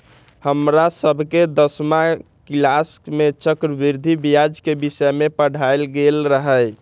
हमरा सभके दसमा किलास में चक्रवृद्धि ब्याज के विषय में पढ़ायल गेल रहै